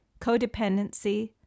Codependency